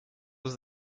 was